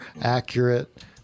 accurate